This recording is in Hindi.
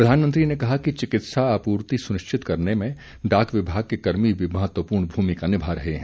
प्रधानमंत्री ने कहा कि चिकित्सा आपूर्ति सुनिश्चित करने में डाक विभाग के कर्मी भी महत्वपूर्ण भूमिका निभा रहे हैं